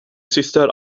syster